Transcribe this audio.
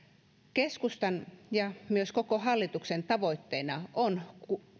keskustan ja myös koko hallituksen tavoitteena on